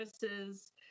Services